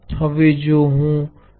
હવે હું રેઝિસ્ટર ને સમાંતર માનું છું